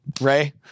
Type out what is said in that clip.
Ray